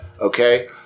okay